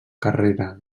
carrera